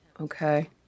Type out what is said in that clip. Okay